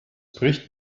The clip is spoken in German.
bricht